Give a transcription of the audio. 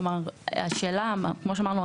כמו שאמרנו,